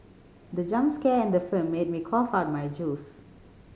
the jump scare in the film made me cough out my juice